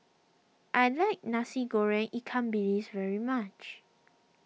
I like Nasi Goreng Ikan Bilis very much